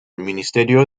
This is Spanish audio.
ministerio